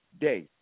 day